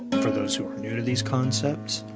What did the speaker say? for those who are new to these concepts,